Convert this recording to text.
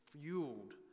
fueled